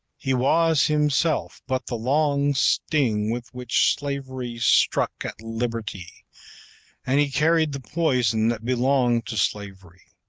he was himself but the long sting with which slavery struck at liberty and he carried the poison that belonged to slavery.